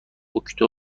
اکتبر